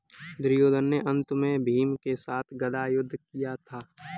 दुर्योधन ने अन्त में भीम के साथ गदा युद्ध किया था